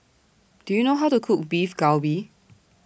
Do YOU know How to Cook Beef Galbi